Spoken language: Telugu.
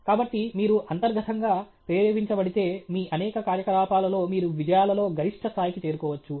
కాబట్టి మీరు అంతర్గతంగా ప్రేరేపించబడితే మీ అనేక కార్యకలాపాలలో మీరు విజయాలలో గరిష్ట స్థాయికి చేరుకోవచ్చు